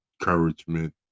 encouragement